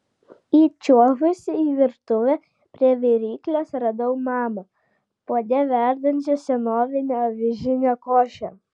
įčiuožusi į virtuvę prie viryklės radau mamą puode verdančią senovinę avižinę košę